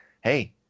hey